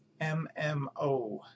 MMO